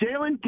Jalen